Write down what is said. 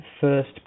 first